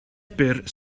byr